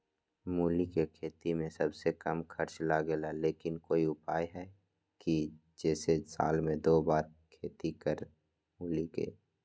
मूली के खेती में सबसे कम खर्च लगेला लेकिन कोई उपाय है कि जेसे साल में दो बार खेती करी मूली के?